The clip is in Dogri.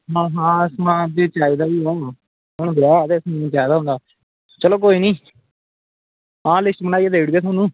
आं प्याज़ ते चाहिदा ते थूम ते चाहिदा चलो कोई निं आं लिस्ट बनाइयै देई ओड़गे थाह्नूं